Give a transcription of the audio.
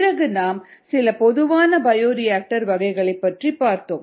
பிறகு நாம் சில பொதுவான பயோரியாக்டர் வகைகளைப் பற்றிப் பார்த்தோம்